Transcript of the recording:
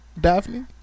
Daphne